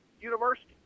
University